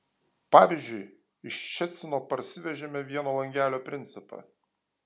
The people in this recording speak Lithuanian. pavyzdžiui iš ščecino parsivežėme vieno langelio principą